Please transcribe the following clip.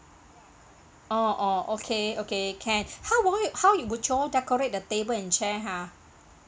oh oh okay okay can how would how you would y'all decorate the table and chair ha